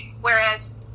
whereas